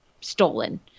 stolen